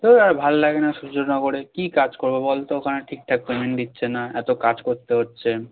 ধুর আর ভালো লাগে না সূর্যনগরে কী কাজ করব বল তো ওখানে ঠিকঠাক পেমেন্ট দিচ্ছে না এত কাজ করতে হচ্ছে